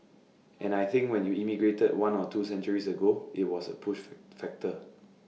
and I think when you emigrated one or two centuries ago IT was A push factor